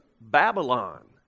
Babylon